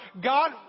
God